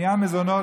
בעניין מזונות,